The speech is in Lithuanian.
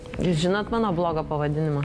ar jūs žinot mano blogo pavadinimą